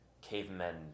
cavemen